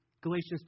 Galatians